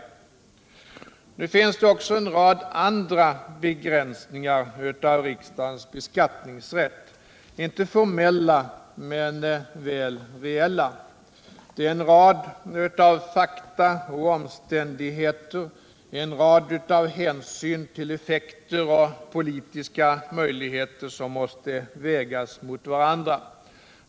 FREAK Nu finns det också en rad andra begränsningar av riksdagens beskatt = Den ekonomiska ningsrätt, inte formella men väl reella. En rad fakta och omständigheter = politiken m.m. och en rad hänsyn till effekter och politiska möjligheter måste vägas mot varandra.